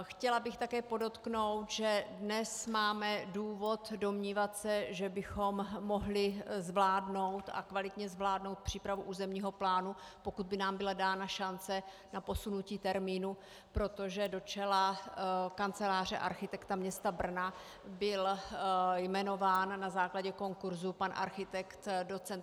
Chtěla bych také podotknout, že dnes máme důvod se domnívat, že bychom mohli zvládnout, a kvalitně zvládnout, přípravu územního plánu, pokud by nám byla dána šance na posunutí termínu, protože do čela Kanceláře architekta města Brna byl jmenován na základě konkurzu pan architekt doc.